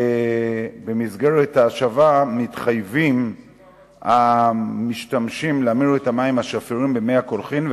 ובמסגרת ההשבה המשתמשים מתחייבים להמיר את המים השפירים במי הקולחין,